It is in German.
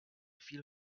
viel